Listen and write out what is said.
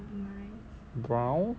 brown